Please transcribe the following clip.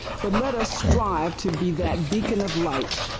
but let ah strooifr to be that beacon of life,